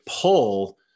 pull